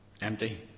empty